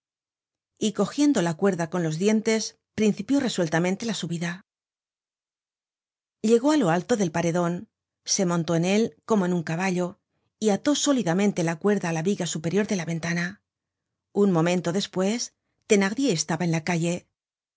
y cogiendo la cuerda con los dientes principió resueltamente la subida llegó á lo alto del paredon se montó en él como en un caballo y ató sólidamente la cuerda á la viga superior de la ventana un momento despues thenardier estaba en la calle